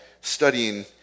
studying